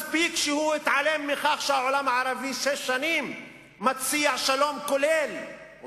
מספיק שהוא התעלם מכך שהעולם הערבי מציע שלום כולל שש שנים.